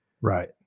Right